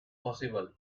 possible